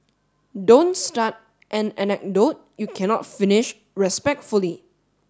don't start an anecdote you cannot finish respectfully